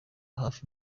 hafi